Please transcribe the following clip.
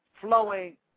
flowing